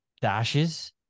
dashes